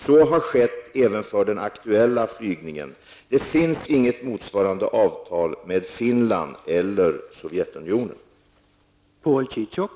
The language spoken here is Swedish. Så har skett även för den aktuella flygningen. Det finns inget motsvarande avtal med Finland eller Sovjetunionen.